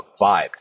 vibed